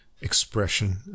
expression